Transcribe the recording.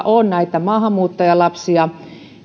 on näitä maahanmuuttajalapsia